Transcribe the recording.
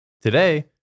Today